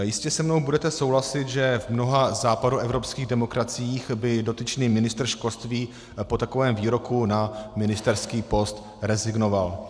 Jistě se mnou budete souhlasit, že v mnoha západoevropských demokraciích by dotyčný ministr školství po takovém výroku na ministerský post rezignoval.